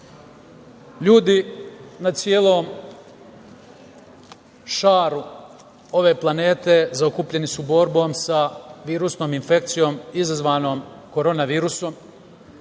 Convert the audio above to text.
ljudi na celom šaru ove planete zaokupljeni su borbom sa virusnom infekcijom izazvanom Korona virusom